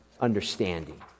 understanding